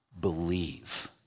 believe